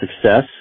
success